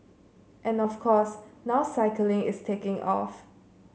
and of course now cycling is taking off